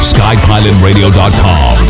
Skypilotradio.com